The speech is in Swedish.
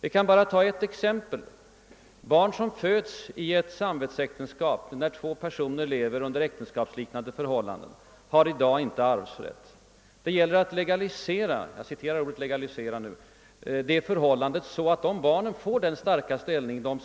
Jag kan ta ett exempel. Barn som föds i ett samvetsäktenskap, när två personer lever under äktenskapliga förhållanden, har i dag inte arvsrätt efter fadern. Det gäller att »legalisera« det förhållandet och att ge barnen en däremot